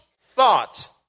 thought